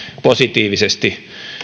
positiivisesti